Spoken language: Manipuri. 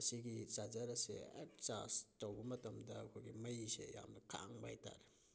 ꯃꯁꯤꯒꯤ ꯆꯥꯔꯒꯔ ꯑꯁꯦ ꯍꯦꯛ ꯆꯥꯔꯖ ꯇꯧꯕ ꯃꯇꯝꯗ ꯑꯩꯈꯣꯏꯒꯤ ꯃꯩꯁꯦ ꯌꯥꯝꯅ ꯈꯥꯡꯕ ꯍꯥꯏ ꯇꯥꯔꯦ